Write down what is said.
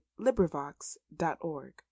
LibriVox.org